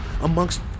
amongst